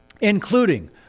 including